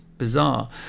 bizarre